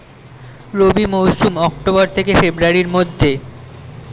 রবি মৌসুম অক্টোবর থেকে ফেব্রুয়ারির মধ্যে